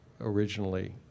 originally